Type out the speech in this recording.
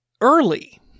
Early